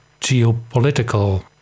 geopolitical